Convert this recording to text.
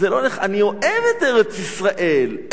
אני אוהב את ארץ-ישראל,